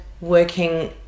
working